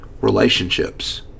relationships